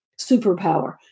superpower